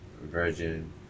virgin